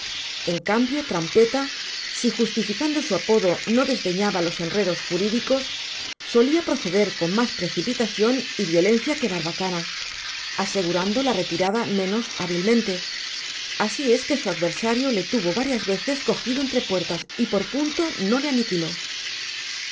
en cambio trampeta si justificando su apodo no desdeñaba los enredos jurídicos solía proceder con más precipitación y violencia que barbacana asegurando la retirada menos hábilmente así es que su adversario le tuvo varias veces cogido entre puertas y por punto no le aniquiló